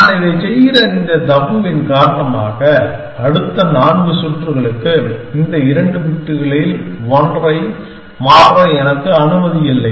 நான் இதைச் செய்கிற இந்த தபுவின் காரணமாக அடுத்த நான்கு சுற்றுகளுக்கு இந்த இரண்டு பிட்டுகளில் ஒன்றை மாற்ற எனக்கு அனுமதி இல்லை